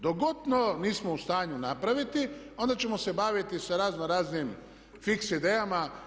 Dok god to nismo u stanju napraviti onda ćemo se baviti sa raznoraznim fiks idejama.